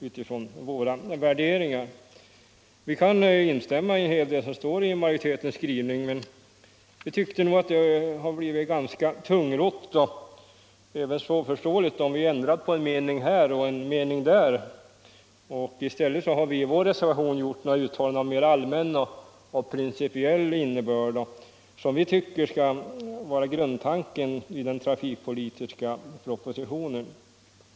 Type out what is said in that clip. Vi kan instämma j en hel del av det som står i majoritetens skrivning, men vi ansåg att det skulle bli ganska tungrott och svårförståeligt om vi hade ändrat på en mening här och en mening där. I stället har vi i vår reservation gjort uttalanden av mera allmän och principiell innebörd, som vi tycker skall vara grundläggande för den trafikpolitiska propositionen.